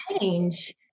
Change